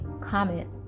comment